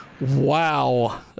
Wow